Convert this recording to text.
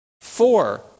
four